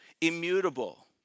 Immutable